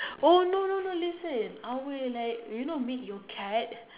oh no no no listen I will like you know make your cat